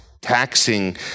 taxing